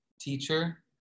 teacher